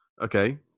Okay